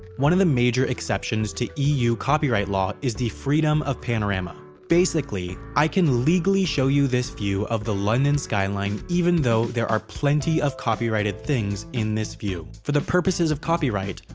one of the major exceptions to eu copyright law is the freedom of panorama. basically, i can legally show you this view of the london skyline even though there are plenty of copyrighted things in this view. for the purposes of copyright,